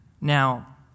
Now